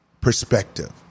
perspective